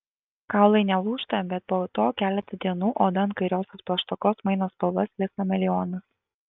kaulai nelūžta bet po to keletą dienų oda ant kairiosios plaštakos maino spalvas lyg chameleonas